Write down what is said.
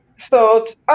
thought